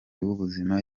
w’ubuzima